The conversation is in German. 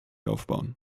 aufbauen